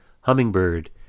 Hummingbird